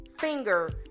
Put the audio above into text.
finger